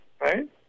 right